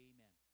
Amen